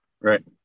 Right